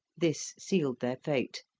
this sealed their fate.